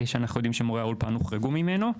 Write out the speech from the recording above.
ואנחנו יודעים שמורי האולפן הוחרגו ממנו.